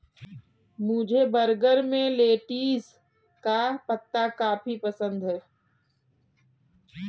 मुझे बर्गर में लेटिस का पत्ता काफी पसंद है